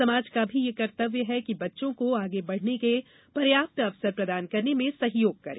समाज का भी यह कर्त्तव्य है कि बच्चों को आगे बढ़ने के पर्याप्त अवसर प्रदान करने में सहयोग करे